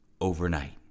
overnight